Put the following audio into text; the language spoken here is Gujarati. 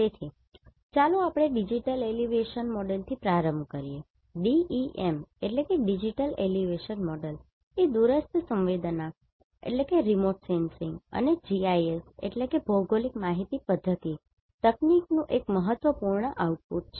તેથી ચાલો આપણે ડિજિટલ એલિવેશન મોડેલથી પ્રારંભ કરીએ DEM ડિજિટલ એલિવેશન મોડેલ એ દૂરસ્થ સંવેદનાઅને GIS ભૌગોલિક માહિતી પધ્ધતિ તકનીકનું એક મહત્વપૂર્ણ આઉટપુટ છે